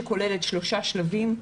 שכוללת שלושה שלבים.